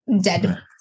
dead